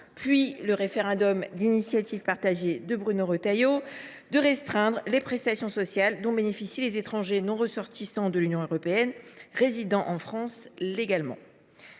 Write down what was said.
de référendum d’initiative partagée de Bruno Retailleau, de restreindre les prestations sociales dont bénéficient les étrangers non ressortissants de l’Union européenne résidant en France légalement.